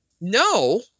no